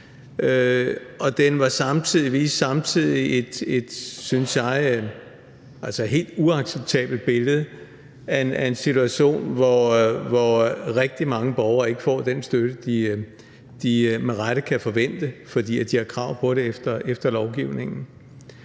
en, synes jeg, helt uacceptabel situation, hvor rigtig mange borgere ikke får den støtte, de med rette kan forvente, da de har krav på det efter lovgivningen.